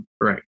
right